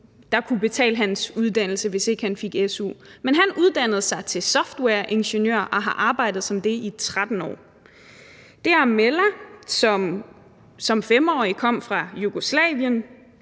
havde kunnet betale hans uddannelse, hvis ikke han havde fået su – han uddannede sig til softwareingeniør og har arbejdet som det i 13 år. Det er Amela, der som 5-årig kom fra Jugoslavien